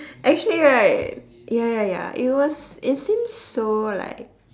actually right ya ya ya it was it seems so like